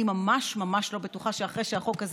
אני ממש ממש לא בטוחה שאחרי שהחוק הזה